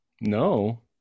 No